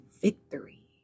victory